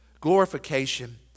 Glorification